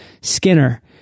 Skinner